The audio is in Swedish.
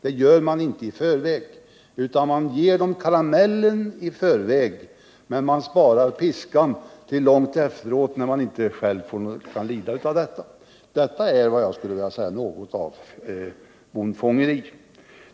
Det gör man inte i förväg, utan man ger karameller först och spar piskan till långt efteråt när man själv inte behöver lida av detta. Det är vad jag skulle vilja kalla bondfångeri.